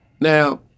Now